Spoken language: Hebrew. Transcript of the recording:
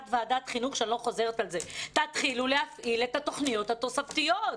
ועדת חינוך שאני לא אומרת את הדברים האלה